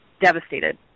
devastated